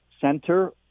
center